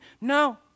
No